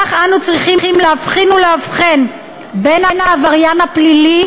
כך אנו צריכים להבחין בין העבריין הפלילי